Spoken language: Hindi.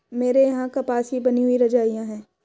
मेरे यहां कपास की बनी हुई रजाइयां है